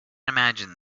imagine